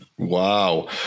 Wow